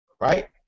right